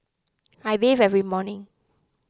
I bathe every morning